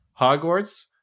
Hogwarts